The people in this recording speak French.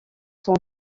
son